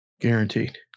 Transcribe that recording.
guaranteed